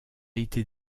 été